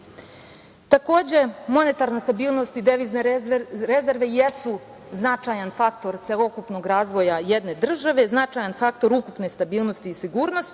mesec. Takođe, monetarna stabilnost i devizne rezerve jesu značajan faktor celokupnog razvoja jedne države. značajan faktor ukupne stabilnosti i sigurnosti,